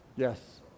Yes